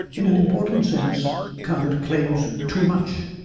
in an important sense kant claims too much,